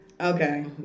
Okay